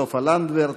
סופה לנדבר,